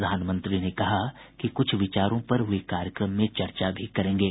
प्रधानमंत्री ने कहा कि कुछ विचारों पर वे कार्यक्रम में चर्चा भी करेंगे